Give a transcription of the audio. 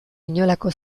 inolako